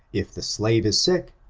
if the slave is sick,